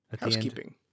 Housekeeping